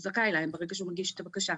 הוא זכאי לה ברגע שהוא מגיש את הבקשה.